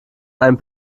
einen